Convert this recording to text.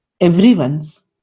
everyone's